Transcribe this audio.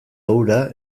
hura